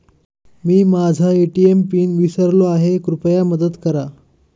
मी माझा ATM pin विसरलो आहे, कृपया मदत करा